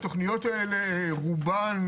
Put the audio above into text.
התוכניות האלה רובן